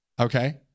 Okay